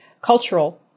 cultural